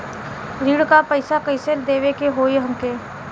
ऋण का पैसा कइसे देवे के होई हमके?